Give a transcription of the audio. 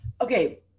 Okay